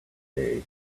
day